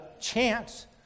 chance